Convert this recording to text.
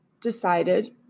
decided